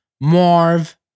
Marv